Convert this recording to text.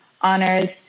honors